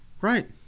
Right